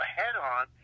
head-on